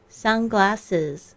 sunglasses